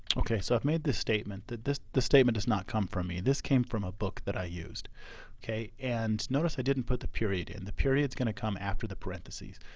okay so i've made the statement, that this the statement does not come from me. this came from a book that i used o k. and notice i didn't put the period in. the period's gonna come after the parentheses.